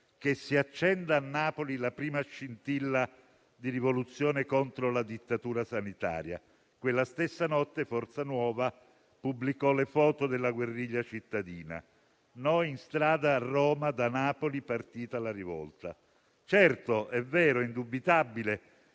«Che si accenda a Napoli la prima scintilla di rivoluzione contro la dittatura sanitaria». Quella stessa notte Forza Nuova pubblicò le foto della guerriglia cittadina: «Noi in strada a Roma; da Napoli partita la rivolta». Certo, è vero ed indubitabile